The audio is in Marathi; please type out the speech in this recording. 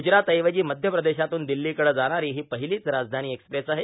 गुजरातऐवजी मध्य प्रदेशातून दिल्लीकडं जाणारी ही पहिलीच राजधानी एक्स्प्रेस आहे